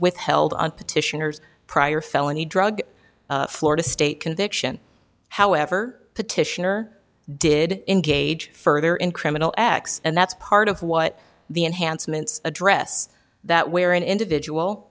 withheld on petitioners prior felony drug florida state conviction however petitioner did engage further in criminal acts and that's part of what the enhancements address that where an individual